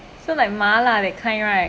so like 麻辣 that kind right